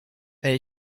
elle